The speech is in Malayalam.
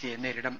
സിയെ നേരിടും